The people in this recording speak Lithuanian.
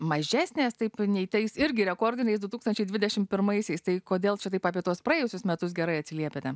mažesnės taip nei tais irgi rekordiniais du tūkstančiai dvidešim pirmaisiais tai kodėl čia taip apie tuos praėjusius metus gerai atsiliepiate